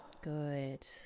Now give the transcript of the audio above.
good